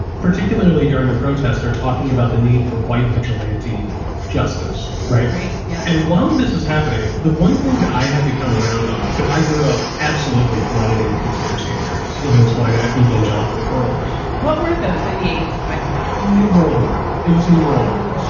particularly during the protest, are talking about the need for white vigilante justice. right. right. yeah. and while this is happening, the one thing that i had to come around on, because i grew up absolutely flooded in conspiracy theories in this white evangelical world what were those in the eighty s, if i can ask? new world order. it was new world order.